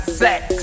sex